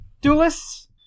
Duelists